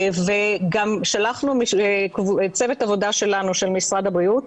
וגם שלחנו צוות עבודה שלנו, של משרד הבריאות,